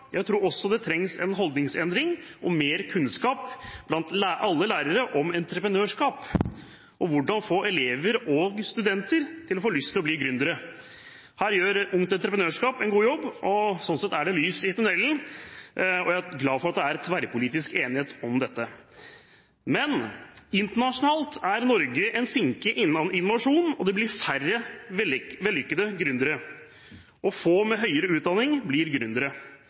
Jeg tror også det trengs en holdningsendring og mer kunnskap blant alle lærere om entreprenørskap, og om hvordan man får elever og studenter til å få lyst til å bli gründere. Her gjør Ungt Entreprenørskap en god jobb, og sånn sett er det lys i tunnelen, og jeg er glad for at det er tverrpolitisk enighet om dette. Men internasjonalt er Norge en sinke innen innovasjon, og det blir færre vellykkede gründere, og få med høyere utdanning blir